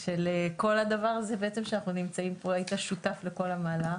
של כל הדבר הזה, היית שותף לכל המהלך.